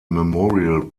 memorial